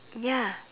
ya